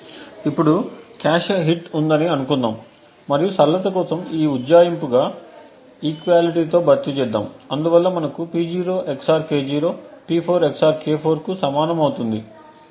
ఇప్పుడు కాష్ హిట్ఉందని అనుకుందాం మరియు సరళత కోసం ఈ ఉజ్జాయింపుగా ఈక్వాలిటీతో భర్తీ చేద్దాం అందువల్ల మనకు P0 XOR K0 P4 XOR K4 కు సమానం అవుతుంది